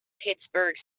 pittsburgh